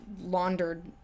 laundered